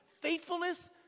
faithfulness